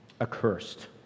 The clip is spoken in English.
accursed